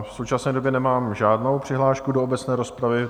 V současné době nemám žádnou přihlášku do obecné rozpravy.